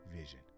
vision